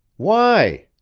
why?